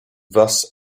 thus